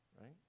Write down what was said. right